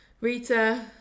Rita